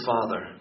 Father